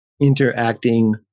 interacting